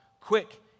Quick